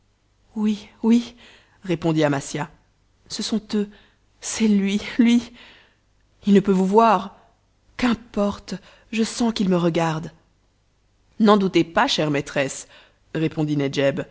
oui oui répondit amasia ce sont eux c'est lui lui il ne peut vous voir qu'importe je sens qu'il me regarde n'en doutez pas chère maîtresse répondit